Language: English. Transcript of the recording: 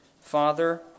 Father